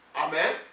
Amen